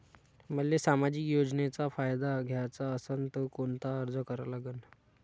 मले सामाजिक योजनेचा फायदा घ्याचा असन त कोनता अर्ज करा लागन?